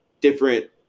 different